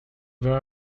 there